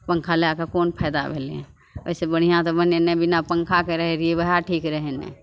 पन्खा लैके कोन फायदा भेलै ओहिसे बढ़िआँ तऽ भनहि नहि बिना पन्खाके रहै रहिए वएह ठीक रहै ने